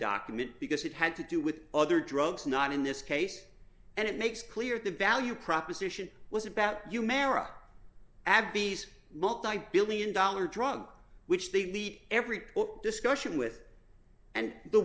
document because it had to do with other drugs not in this case and it makes clear the value proposition was about you marah abby's multibillion dollar drug which they beat every discussion with and the